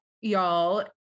y'all